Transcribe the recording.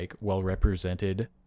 well-represented